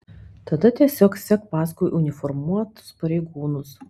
tada tiesiog sek paskui uniformuotus pareigūnus